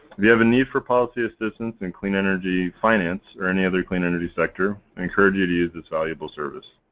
you have a need for policy assistance in clean energy finance or any other clean energy sector we encourage you to use this valuable service.